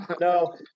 No